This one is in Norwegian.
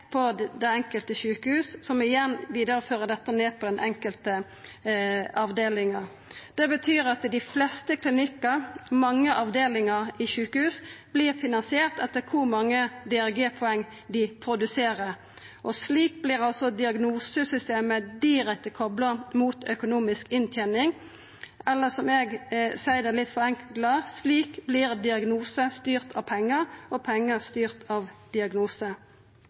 på det enkelte sjukehus, som igjen vidarefører dette ned på den enkelte avdelinga. Det betyr at dei fleste klinikkane og mange avdelingar i sjukehus vert finansierte etter kor mange DRG-poeng dei produserer. Slik vert altså diagnosesystemet direkte kopla mot økonomisk inntening, eller som eg litt forenkla seier det: Slik vert diagnose styrt av pengar og pengar styrt av diagnose.